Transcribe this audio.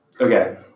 Okay